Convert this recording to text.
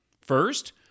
First